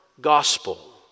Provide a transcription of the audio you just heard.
gospel